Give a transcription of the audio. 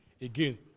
Again